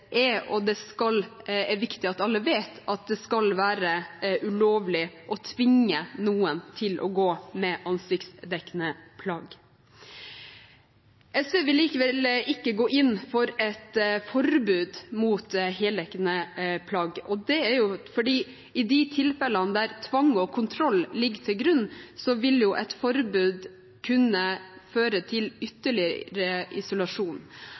skal være – ulovlig å tvinge noen til å gå med ansiktsdekkende plagg. SV vil likevel ikke gå inn for et forbud mot heldekkende plagg, fordi i de tilfellene der tvang og kontroll ligger til grunn, vil et forbud kunne føre til ytterligere isolasjon.